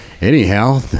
Anyhow